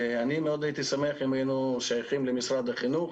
ואני מאוד הייתי שמח אם היינו שייכים למשרד החינוך